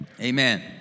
Amen